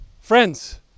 friends